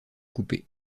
coupées